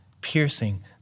piercing